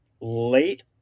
Late